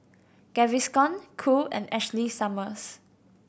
Gaviscon Cool and Ashley Summers